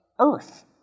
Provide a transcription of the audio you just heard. earth